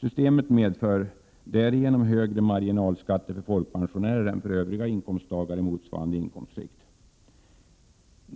Systemet medför därigenom högre marginalskatter för folkpensionärer än för övriga inkomsttagare i motsvarande inkomstskikt.